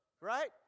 right